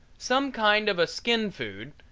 some kind of a skin food,